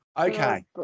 Okay